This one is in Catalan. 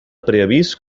preavís